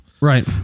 Right